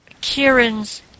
Kieran's